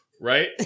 Right